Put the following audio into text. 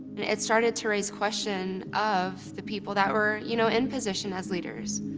it started to raise questions of the people that were you know in position as leaders.